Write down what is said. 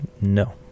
no